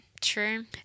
True